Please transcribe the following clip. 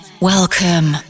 welcome